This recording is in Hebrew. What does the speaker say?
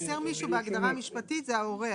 חסר מישהו בהגדרה המשפטית, שזה ההורה.